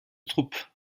troupe